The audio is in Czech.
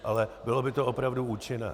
Ale bylo by to opravdu účinné.